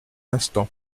instant